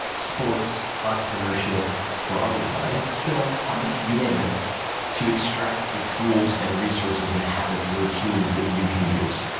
sports, entrepreneurship or otherwise film, art, you name it to extract the tools and resources and habits and routines that you can use.